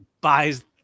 buys